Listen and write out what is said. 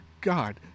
God